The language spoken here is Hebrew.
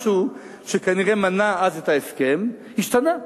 משהו שכנראה מנע אז את ההסכם השתנה.